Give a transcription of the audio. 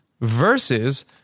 versus